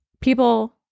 people